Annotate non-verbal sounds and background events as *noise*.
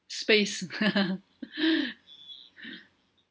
space *laughs*